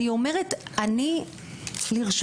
שרן, אני אומרת שאני לרשותך.